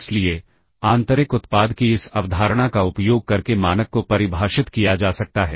इसलिए आंतरिक उत्पाद की इस अवधारणा का उपयोग करके मानक को परिभाषित किया जा सकता है